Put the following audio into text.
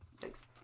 thanks